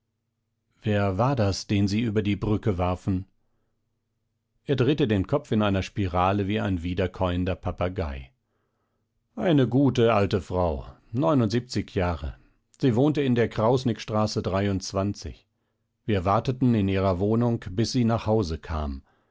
wer war das den sie über die brücke warfen er drehte den kopf in einer spirale wie ein widerkäuender papagei eine gute alte frau neunundsiebzig jahre sie wohnte in der krausnickstraße wir warteten in ihrer wohnung bis sie nach hause kam